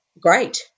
great